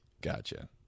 Gotcha